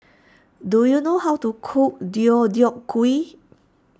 do you know how to cook Deodeok Gui